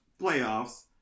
playoffs